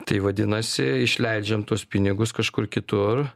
tai vadinasi išleidžiam tuos pinigus kažkur kitur